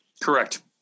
Correct